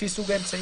לפי סוג האמצעי,